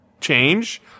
change